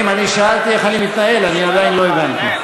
אדוני היושב-ראש, על זה אנחנו מוותרים.